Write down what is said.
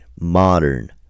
modern